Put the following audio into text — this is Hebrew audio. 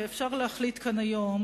ואפשר להחליט כאן היום,